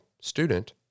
student